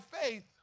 faith